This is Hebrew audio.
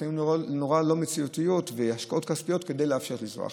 לא מציאותיות ובהשקעות כספיות כדי לאפשר לנסוע.